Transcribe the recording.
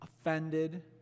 offended